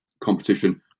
competition